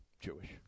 Jewish